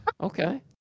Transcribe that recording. Okay